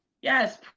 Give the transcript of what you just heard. Yes